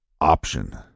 option